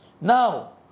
Now